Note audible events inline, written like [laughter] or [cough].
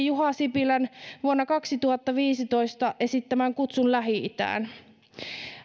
[unintelligible] juha sipilän vuonna kaksituhattaviisitoista esittämän kutsun lähi itään [unintelligible] [unintelligible] [unintelligible] [unintelligible]